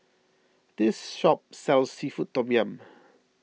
this shop sells Seafood Tom Yum